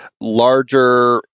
larger